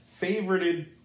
favorited